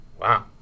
Wow